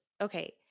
okay